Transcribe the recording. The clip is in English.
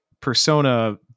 Persona